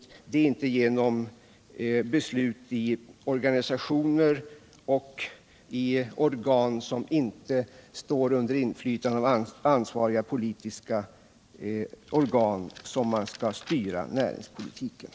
Näringspolitiken skall inte styras genom beslut i organisationer eller organ som inte står under inflytande av ansvariga politiska instanser.